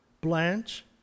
Blanche